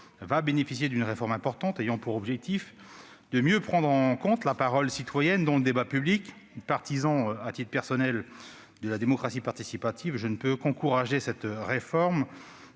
va bénéficier d'une réforme importante, dont l'objectif est de mieux prendre en compte la parole citoyenne dans le débat public. Partisan, à titre personnel, de la démocratie participative, je ne peux qu'encourager cette réforme,